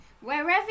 Wherever